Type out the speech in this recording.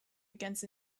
against